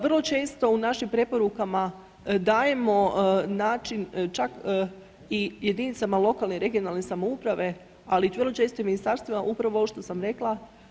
Vrlo često u našim preporukama dajemo način čak i jedinicama lokalne i regionalne samouprave, ali vrlo često i ministarstvima upravo što sam rekla.